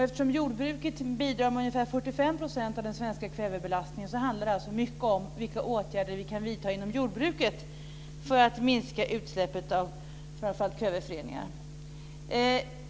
Eftersom jordbruket bidrar med ungefär 45 % av den svenska kvävebelastningen handlar det mycket om vilka åtgärder vi kan vidta inom jordbruket för att minska utsläppet av framför allt kväveföreningar.